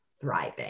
thriving